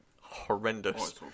horrendous